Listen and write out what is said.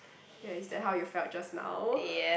ya it's that how you felt just now